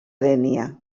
dénia